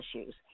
issues